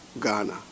Ghana